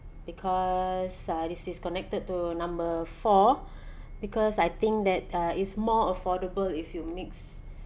because uh this is connected to number four because I think that uh is more affordable if you mix